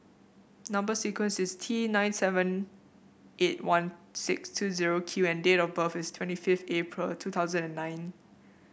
number sequence is T nine seven eight one six two zero Q and date of birth is twenty fifth April two thousand and nine